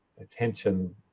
attention